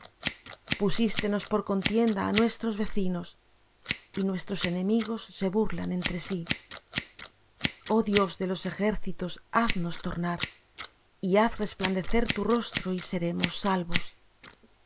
abundancia pusístenos por contienda á nuestros vecinos y nuestros enemigos se burlan entre sí oh dios de los ejércitos haznos tornar y haz resplandecer tu rostro y seremos salvos